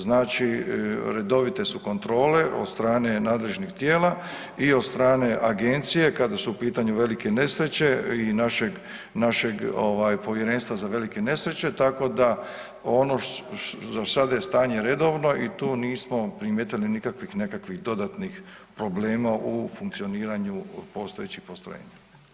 Znači, redovite su kontrole od strane nadležnih tijela i od strane agencije kada su u pitanju velike nesreće i našeg, našeg ovaj povjerenstva za velike nesreće, tako da ono, za sad je stanje redovno i tu nismo primijetili nikakvih nekakvih dodatnih problema u funkcioniranju postojećih postrojenja.